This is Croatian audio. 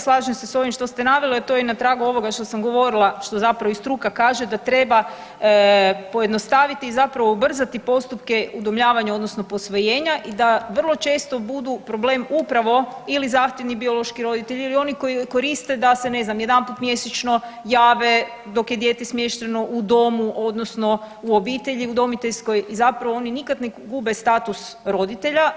Slažem se s ovim što ste naveli, a to je na tragu ovoga što sam govorila što zapravo i struka kaže da treba pojednostaviti i zapravo ubrzati postupke udomljavanja odnosno posvojenja i da vrlo često budu problem upravo ili zahtjevni biološki roditelji ili oni koji koriste da se ne znam, jedanput mjesečno jave dok je dijete smješteno u domu odnosno u obitelji udomiteljskoj i zapravo oni nikada ne gube status roditelja.